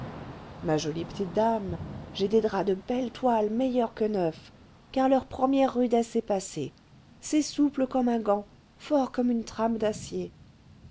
ma jolie petite dame j'ai des draps de belle toile meilleurs que neufs car leur première rudesse est passée c'est souple comme un gant fort comme une trame d'acier